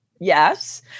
Yes